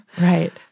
Right